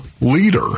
leader